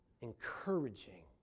encouraging